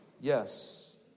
yes